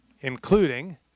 including